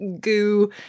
goo